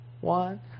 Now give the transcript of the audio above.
one